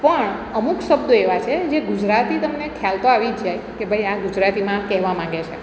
પણ અમુક શબ્દો એવા છે જે ગુજરાતી તમે ને ખ્યાલ તો આવી જ જાય કે ભાઈ આ ગુજરાતીમાં આ કહેવા માંગે છે